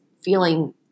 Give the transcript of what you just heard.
feeling